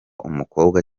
umukobwa